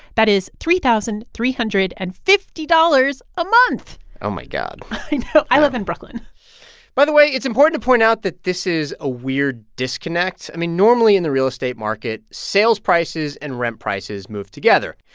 that is three thousand three hundred and fifty dollars a month oh, my god i know yeah i live in brooklyn by the way, it's important to point out that this is a weird disconnect. i mean, normally in the real estate market, market, sales prices and rent prices move together.